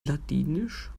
ladinisch